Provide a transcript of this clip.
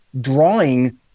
drawing